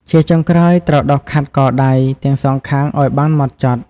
ជាចុងក្រោយ ត្រូវដុសខាត់កដៃ ទាំងសងខាងឱ្យបានហ្មត់ចត់។